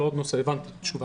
הבנתי את התשובה.